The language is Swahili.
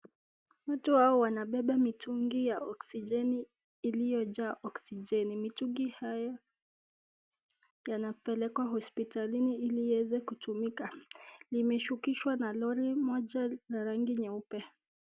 Watu hawa wanabeba mitungi ya oksijeni iliyojaa oksijeni. Mitungi haya yanapelekwa hospitalini ili yaweze kutumika. Limeshukishwa na lori moja la rangi nyeupe.